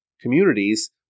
communities